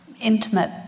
intimate